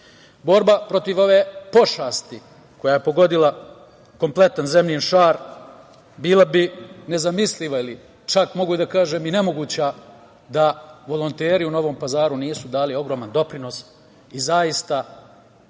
Borba protiv ove pošasti koja je pogodila kompletan zemljin šar bila bi nezamisliva ili čak mogu i da kažem i nemoguća da volonteri u Novom Pazaru nisu dali ogroman doprinos i zaista